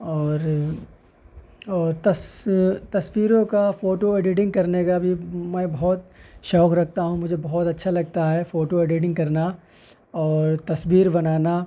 اور اور تصویروں کا فوٹو ایڈیٹنگ کرنے کا بھی میں بہت شوق رکھتا ہوں مجھے بہت اچھا لگتا ہے فوٹو ایڈیٹنگ کرنا اور تصویر بنانا